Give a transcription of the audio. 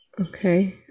okay